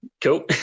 Cool